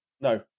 No